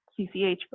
cch